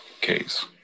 case